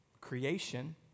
creation